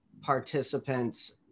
participants